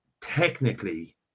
technically